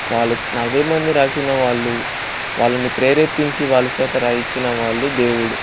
వాళ్ళ నలభై మంది రాసిన వాళ్ళు వాళ్ళని ప్రేరేపించి వాళ్ళ చేత రాయించిన వాళ్ళు దేవుడు